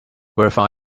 verify